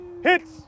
hits